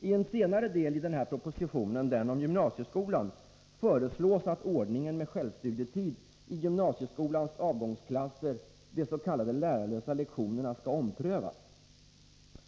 I en senare del av propositionen, den om gymnasieskolan, föreslås att ordningen med självstudietid i gymnasieskolans avgångsklasser, de s.k. lärarlösa lektionerna, skall omprövas.